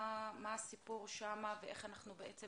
מה הסיפור שם, ואיך אנחנו בעצם